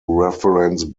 reference